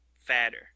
fatter